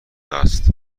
است